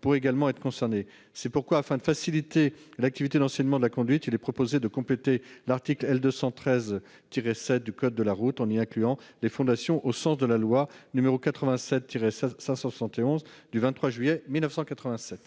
pourraient également être concernées. C'est pourquoi, afin de faciliter l'activité d'enseignement de la conduite, il est proposé de compléter l'article L. 213-7 du code de la route en y incluant les fondations au sens de la loi n° 87-571 du 23 juillet 1987.